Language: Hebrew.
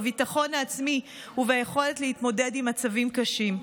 בביטחון העצמי וביכולת להתמודד עם מצבים קשים.